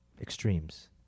Extremes